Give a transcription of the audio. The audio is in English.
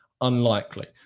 Unlikely